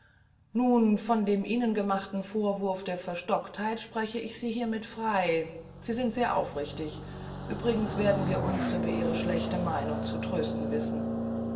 nun von dem ihnen gemachten vorwurfe der verstocktheit spreche ich sie hiermit frei sie sind mehr als aufrichtig uebrigens werden wir uns über ihre schlechte meinung zu trösten wissen